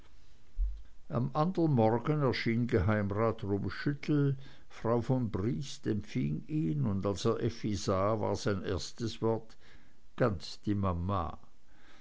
am anderen morgen erschien geheimrat rummschüttel frau von briest empfing ihn und als er effi sah war sein erstes wort ganz die mama